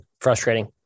frustrating